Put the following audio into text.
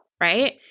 Right